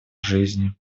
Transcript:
жизни